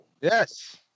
Yes